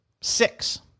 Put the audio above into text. Six